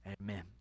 Amen